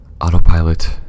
Autopilot